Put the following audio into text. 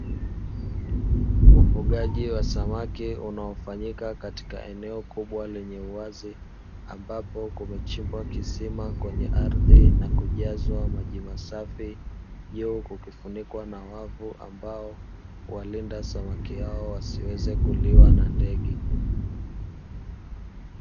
Ufugaji wa samaki unaofanyika katika eneo kubwa lenye uwazi ambapo kumechimbwa kisima kwenye ardhi na kujazwa maji masafi. Juu kukifunikwa na wavu ambao huwalinda samaki hao wasiweze kuliwa na ndege.